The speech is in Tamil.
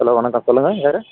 ஹலோ வணக்கம் சொல்லுங்க யார்